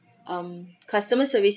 um customer service